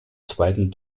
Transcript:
zweiten